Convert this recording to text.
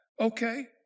Okay